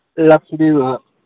લક્ષ્મીમાં